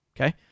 Okay